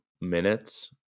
minutes